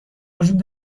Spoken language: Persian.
وجود